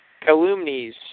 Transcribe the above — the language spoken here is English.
Calumnies